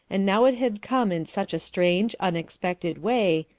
and now it had come in such a strange, unexpected way,